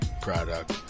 Product